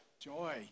joy